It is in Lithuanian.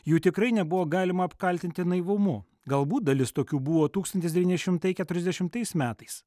jų tikrai nebuvo galima apkaltinti naivumu galbūt dalis tokių buvo tūkstantis devyni šimtai keturiasdešimtais metais